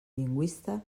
lingüista